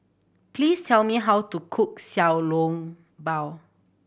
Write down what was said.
please tell me how to cook Xiao Long Bao